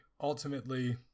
ultimately